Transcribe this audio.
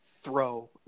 throw